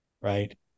right